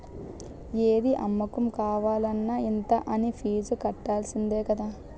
ఏది అమ్మకం కావాలన్న ఇంత అనీ ఫీజు కట్టాల్సిందే కదా